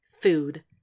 Food